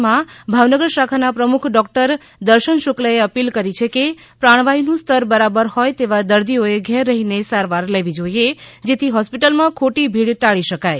માં ભાવનગર શાખા ના પ્રમુખ ડોક્ટર દર્શન શુક્લ એ અપીલ કરી છે કે પ્રાણવાયુ નું સ્તર બરાબર હોય તેવા દર્દીઓ એ ઘેર રહી મે સારવાર લેવી જોઈએ જેથી હોસ્પિટલ માં ખોટી ભીડ ટાળી શકાય